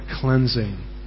cleansing